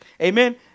Amen